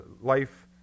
Life